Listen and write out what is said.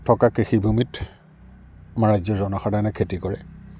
থকা কৃষিভূমিত আমাৰ ৰাজ্যৰ জনসাধাৰণে খেতি কৰে